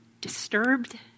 disturbed